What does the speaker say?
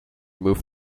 moved